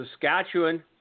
Saskatchewan